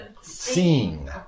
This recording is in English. Seeing